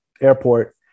airport